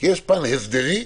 יש פן הסדרי,